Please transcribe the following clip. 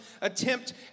attempt